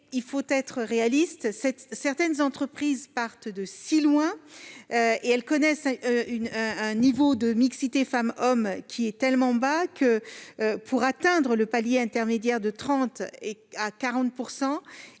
Soyons réalistes : certaines entreprises partent de si loin et connaissent un niveau de mixité femmes-hommes tellement bas que, pour atteindre les paliers intermédiaires de 30 %